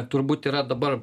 turbūt yra dabar